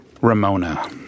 Ramona